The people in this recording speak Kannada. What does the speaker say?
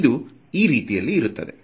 ಇದು ಈ ರೀತಿಯಲ್ಲಿ ಇರುತ್ತದೆ